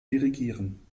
dirigieren